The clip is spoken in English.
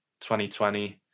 2020